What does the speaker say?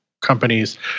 companies